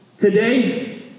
Today